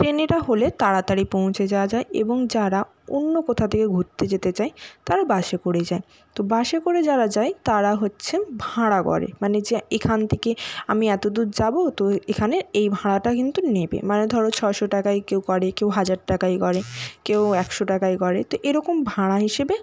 ট্রেনটা হলে তাড়াতাড়ি পৌঁছে যাওয়া যায় এবং যারা অন্য কোথা থেকে ঘুরতে যেতে চায় তারা বাসে করে যায় তো বাসে করে যারা যায় তারা হচ্ছে ভাড়া করে মানে যে এখান থেকে আমি এত দূর যাবো তো এখানের এই ভাড়াটা কিন্তু নেবে মানে ধরো ছয়শো টাকায় কেউ করে কেউ হাজার টাকায় করে কেউ একশো টাকায় করে তো এরকম ভাড়া হিসেবে